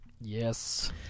Yes